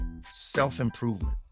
self-improvement